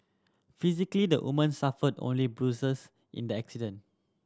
physically the woman suffered only bruises in the accident